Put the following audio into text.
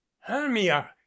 hermia